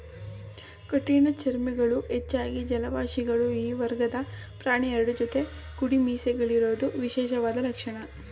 ಕಠಿಣಚರ್ಮಿಗಳು ಹೆಚ್ಚಾಗಿ ಜಲವಾಸಿಗಳು ಈ ವರ್ಗದ ಪ್ರಾಣಿ ಎರಡು ಜೊತೆ ಕುಡಿಮೀಸೆಗಳಿರೋದು ವಿಶೇಷವಾದ ಲಕ್ಷಣ